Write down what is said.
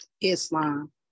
Islam